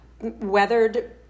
weathered